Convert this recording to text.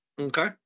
Okay